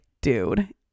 dude